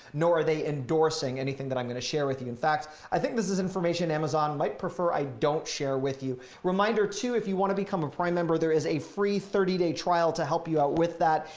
nor are they endorsing anything that i'm going to share with you. in fact, i think this is information amazon might prefer i don't share with you. reminder too, if you want to become a prime member, there is a free thirty day trial to help you out with that.